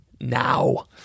Now